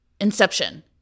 Inception